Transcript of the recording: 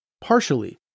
Partially